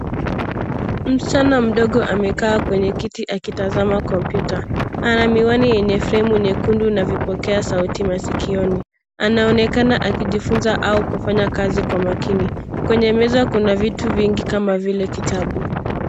Msichana mdogo amekaa kwenye kiti akitazama kompyuta. Ana miwani yenye fremu nyekundu na vipokea sauti maskioni. Anaonekana akijifunza au kufanya kazi kwa makini. Kwenye meza kuna vitu vingi kama vile kitabu.